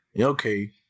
okay